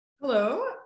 Hello